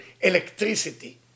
electricity